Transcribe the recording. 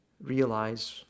realize